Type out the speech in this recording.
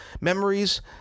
memories